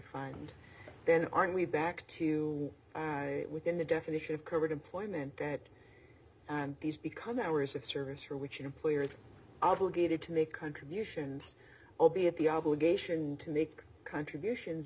fund then aren't we back to within the definition of current employment that these become hours of service for which an employer is obligated to make contributions opiate the obligation to make contributions